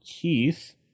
Keith